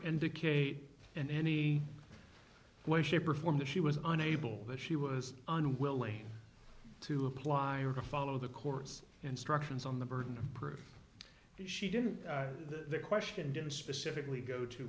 indicated and any way shape or form that she was unable to she was unwilling to apply or to follow the court's instructions on the burden of proof that she didn't the question didn't specifically go to